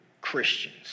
Christians